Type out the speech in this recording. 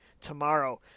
tomorrow